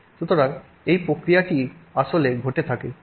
সুতরাং এই প্রক্রিয়াটি আসলে ঘটে থাকে